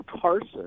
Carson